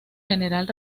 general